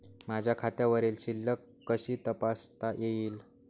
माझ्या खात्यावरील शिल्लक कशी तपासता येईल?